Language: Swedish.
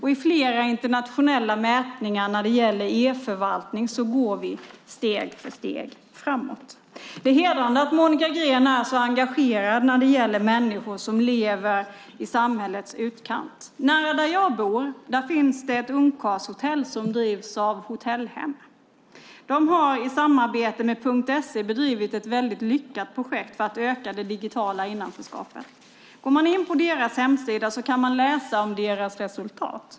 I flera internationella mätningar gällande e-förvaltning går vi steg för steg framåt. Det är hedrande att Monica Green är så engagerad när det gäller människor som lever i samhällets utkant. Nära där jag bor finns det ett ungkarlshotell som drivs av Hotellhem. De har i samarbete med Punkt SE bedrivit ett väldigt lyckat projekt för att öka det digitala innanförskapet. Går man in på deras hemsida kan man läsa om deras resultat.